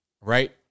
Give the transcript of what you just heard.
Right